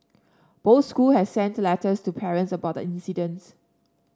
both school has sent letters to parents about the incidents